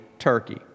turkey